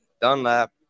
Dunlap